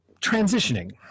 transitioning